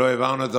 שלא העברנו את זה,